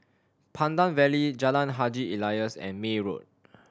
Pandan Valley Jalan Haji Alias and May Road